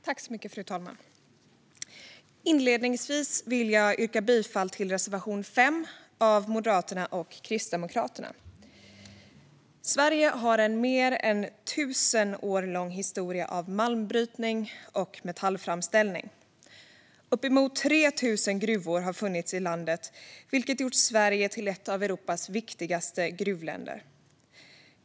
Fru talman! Inledningsvis vill jag yrka bifall till reservation 5 av Moderaterna och Kristdemokraterna. Sverige har en mer än tusen år lång historia av malmbrytning och metallframställning. Uppemot 3 000 gruvor har funnits i landet, vilket gjort Sverige till ett av Europas viktigaste gruvländer.